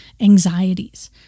anxieties